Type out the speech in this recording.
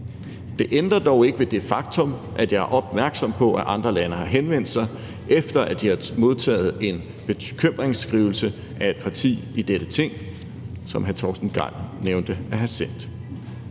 Det ændrer dog ikke ved det faktum, at jeg er opmærksom på, at andre lande har henvendt sig, efter at de har modtaget en bekymringsskrivelse fra et parti i dette Ting, som hr. Torsten Gejl nævnte at have sendt.